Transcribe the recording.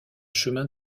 chemin